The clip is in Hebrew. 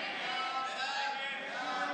ההסתייגות (1) של חברי הכנסת שלמה קרעי,